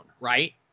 right